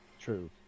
True